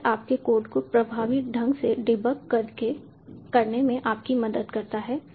तो यह आपके कोड को प्रभावी ढंग से डिबग करने में आपकी मदद करता है